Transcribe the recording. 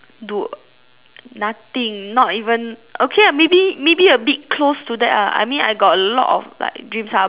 nothing not even okay lah maybe maybe a bit close to that lah I mean I got a lot of like dreams lah but